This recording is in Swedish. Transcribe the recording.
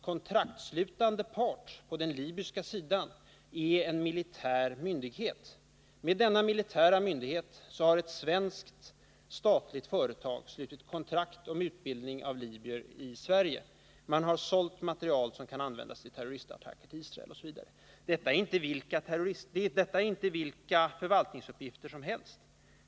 Kontraktsslutande part på den libyska sidan är en militär myndighet. Med denna militära myndighet har ett svenskt statligt företag slutit kontrakt om utbildning av libyer i Sverige, man har sålt material som kan användas vid terroristattacker mot Israel osv. Detta är inte vilka förvaltningsuppgifter som helst.